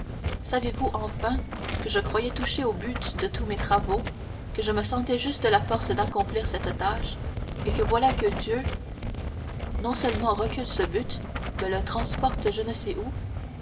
savez-vous enfin que je croyais toucher au but de tous mes travaux que je me sentais juste la force d'accomplir cette tâche et que voilà que dieu non seulement recule ce but mais le transporte je ne sais où